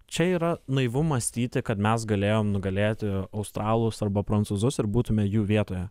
čia yra naivu mąstyti kad mes galėjom nugalėti australus arba prancūzus ir būtume jų vietoje